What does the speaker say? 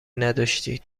نداشتید